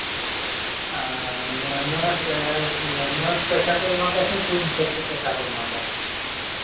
ᱟᱨ ᱱᱚᱣᱟ ᱢᱟᱹᱦᱱᱟᱹ ᱯᱚᱭᱥᱟ ᱠᱚ ᱮᱢᱟ ᱠᱚᱣᱟ ᱥᱮ ᱫᱤᱱ ᱦᱤᱥᱟᱹᱵᱽ ᱛᱮ ᱯᱚᱭᱥᱟ ᱠᱚ ᱮᱢᱟ ᱠᱚᱣᱟ